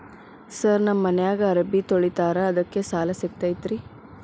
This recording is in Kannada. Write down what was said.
ಸರ್ ನಮ್ಮ ಮನ್ಯಾಗ ಅರಬಿ ತೊಳಿತಾರ ಅದಕ್ಕೆ ಸಾಲ ಸಿಗತೈತ ರಿ?